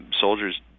soldiers